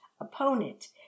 opponent